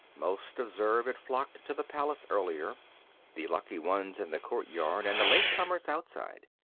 most of zurb had flocked to the palace earlier the lucky ones in the courtyard and the late comers outside.